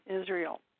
Israel